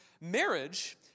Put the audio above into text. Marriage